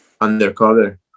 undercover